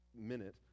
minute